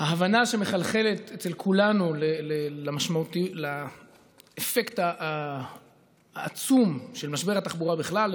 ההבנה שמחלחלת אצל כולנו לאפקט העצום של משבר התחבורה בכלל,